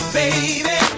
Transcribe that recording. baby